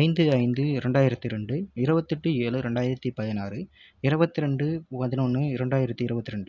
ஐந்து ஐந்து இரண்டாயிரத்தி ரெண்டு இரபத்தெட்டு ஏழு ரெண்டாயிரத்தி பதினாறு இருபத்தி ரெண்டு பதினொன்று இரண்டாயிரத்தி இருபத்தி ரெண்டு